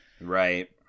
Right